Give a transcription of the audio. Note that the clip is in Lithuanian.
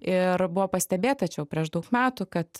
ir buvo pastebėta čia jau prieš daug metų kad